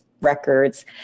records